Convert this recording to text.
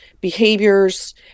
behaviors